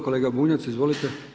Kolega Bunjac izvolite.